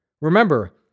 Remember